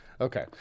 Okay